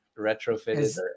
retrofitted